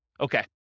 Okay